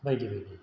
बायदि बायदि